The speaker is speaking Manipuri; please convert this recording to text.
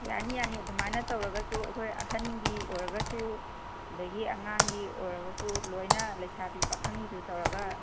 ꯌꯥꯅꯤ ꯌꯥꯅꯤ ꯑꯗꯨꯃꯥꯏꯅ ꯇꯧꯔꯒꯁꯨ ꯑꯩꯈꯣꯏ ꯑꯍꯟꯒꯤ ꯑꯣꯏꯔꯒꯁꯨ ꯑꯗꯒꯤ ꯑꯉꯥꯡꯒꯤ ꯑꯣꯏꯔꯒꯁꯨ ꯂꯣꯏꯅ ꯂꯩꯁꯥꯕꯤ ꯄꯥꯈꯪꯒꯤ ꯇꯧꯔꯒ